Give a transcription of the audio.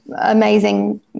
amazing